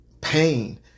pain